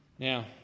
Now